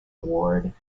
ward